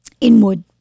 inward